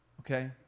Okay